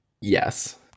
yes